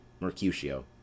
Mercutio